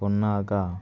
కొన్నాక